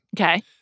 okay